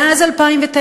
מאז 2009,